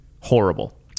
horrible